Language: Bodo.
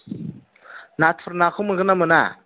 नाथुर नाखौ मोनगोन्ना मोना